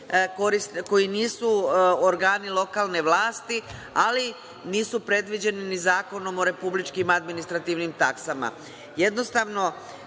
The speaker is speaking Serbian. koji nisu organi lokalne vlasti, ali nisu predviđeni ni Zakonom o republičkim administrativnim taksama. Jednostavno,